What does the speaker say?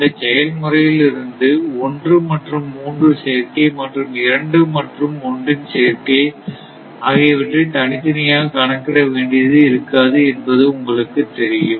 இந்த செயல்முறையில் இருந்து 1 மற்றும் 3 சேர்க்கை மற்றும் 2 மற்றும் ஒன்றின் சேர்க்கை ஆகியவற்றை தனித்தனியாக கணக்கிட வேண்டியது இருக்காது என்பது உங்களுக்கு தெரியும்